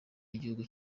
w’igihugu